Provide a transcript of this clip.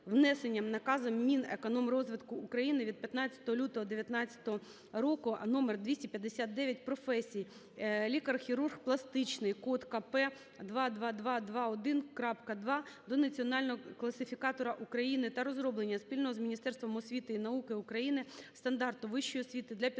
внесенням наказом Мінекономрозвитку України від 15 лютого 190го року № 259 професії "Лікар-хірург пластичний" (код КП 2221.2) до Національного класифікатора України" та розроблення спільно з Міністерством освіти і науки України стандарту вищої освіти для підготовки